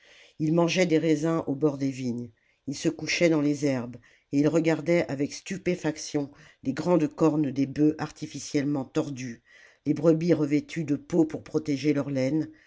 ils mangeaient des raisins au bord des vignes ils se couchaient dans les herbes et ils regardaient avec stupéfaction les grandes cornes des bœufs artificiellement tordues les brebis revêtues de peaux pour protéger leur laine